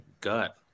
gut